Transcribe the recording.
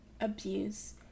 abuse